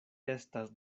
estas